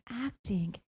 acting